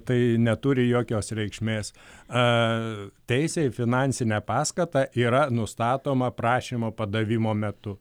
tai neturi jokios reikšmės teisė į finansinę paskatą yra nustatoma prašymo padavimo metu